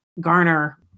garner